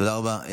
תודה רבה.